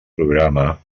programa